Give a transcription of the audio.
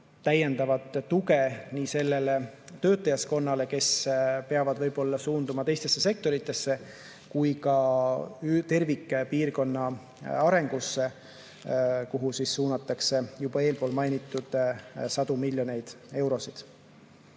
täiendavat tuge nii sellele töötajaskonnale, kes peab võib-olla suunduma teistesse sektoritesse, kui ka tervikpiirkonna arengule, kuhu suunatakse juba eelpool mainitud sadu miljoneid eurosid.